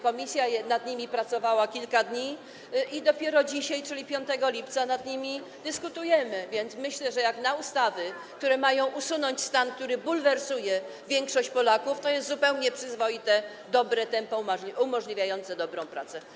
Komisja pracowała nad nimi kilka dni i dopiero dzisiaj, czyli 5 lipca, nad nimi dyskutujemy, więc myślę, że jak na ustawy, które mają usunąć stan, który bulwersuje większość Polaków, to jest zupełnie przyzwoite, dobre tempo, umożliwiające dobrą pracę.